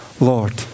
Lord